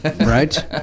Right